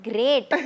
Great